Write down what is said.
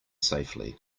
safely